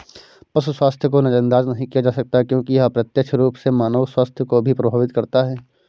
पशु स्वास्थ्य को नजरअंदाज नहीं किया जा सकता क्योंकि यह अप्रत्यक्ष रूप से मानव स्वास्थ्य को भी प्रभावित करता है